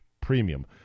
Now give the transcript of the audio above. premium